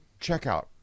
checkout